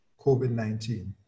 COVID-19